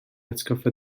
atgoffa